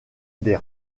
des